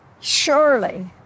Surely